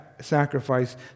sacrifice